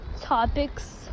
topics